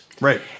Right